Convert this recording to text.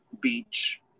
beach